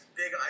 big